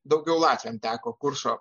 daugiau latviam teko kuršo